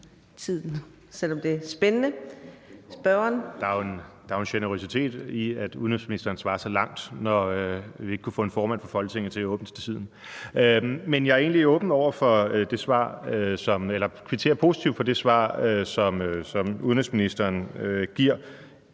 Der er jo en generøsitet ved, at udenrigsministeren svarer så langt, når vi ikke kunne få en formand for Folketinget til at åbne til tiden. Men jeg kvitterer positivt for det svar, som udenrigsministeren giver,